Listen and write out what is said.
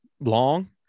long